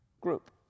group